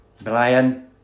Brian